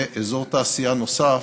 אזור תעשייה נוסף,